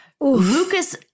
Lucas